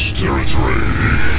territory